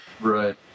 Right